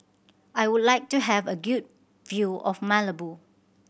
I would like to have a good view of Malabo